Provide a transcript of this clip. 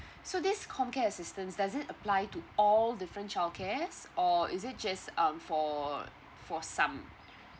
so this comcare assistance does it apply to all different childcares or is it just um for for some